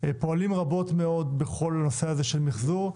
פועלים רבות בנושא מאוד בכל הנושא של המיחזור.